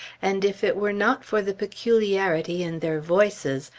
and if it were not for the peculiarity in their voices,